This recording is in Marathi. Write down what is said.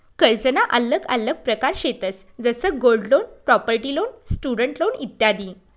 कर्जना आल्लग आल्लग प्रकार शेतंस जसं gold loan, property loan, student loan इत्यादी